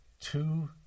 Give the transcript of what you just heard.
two